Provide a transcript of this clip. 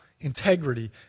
integrity